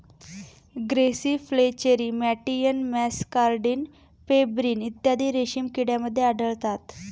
grasserie flacherie मॅटियन muscardine pebrine इत्यादी रेशीम किड्यांमध्ये आढळतात